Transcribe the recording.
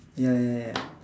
ya ya ya